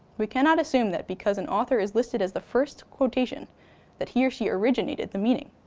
we cannot assume that because an author is listed as the first quotation that he or she originated the meaning.